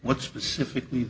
what specifically